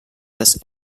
this